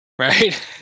right